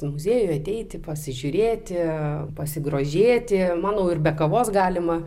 muziejų ateiti pasižiūrėti pasigrožėti manau ir be kavos galima